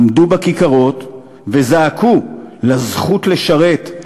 עמדו בכיכרות וזעקו על הזכות לשרת,